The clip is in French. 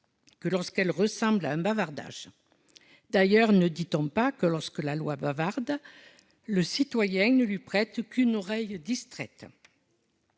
que lorsqu'elle ressemble à un bavardage. D'ailleurs, ne dit-on pas que, lorsque la loi bavarde, le citoyen ne lui prête qu'une oreille distraite ?